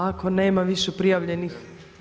Ako nema više prijavljenih?